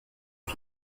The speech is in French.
aux